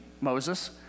Moses